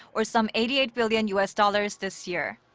or some eighty eight billion u s. dollars. this year.